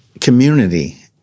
community